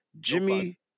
Jimmy